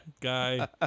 guy